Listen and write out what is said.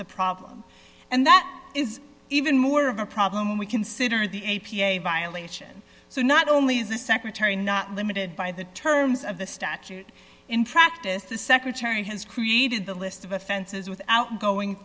the problem and that is even more of a problem when we consider the a p a violation so not only is the secretary not limited by the terms of the statute in practice the secretary has created the list of offenses without going